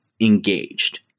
engaged